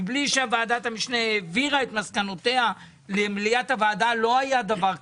מבלי שוועדת המשנה העבירה את מסקנותיה למליאת הוועדה לא היה דבר כזה.